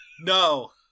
No